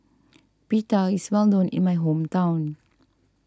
Pita is well known in my hometown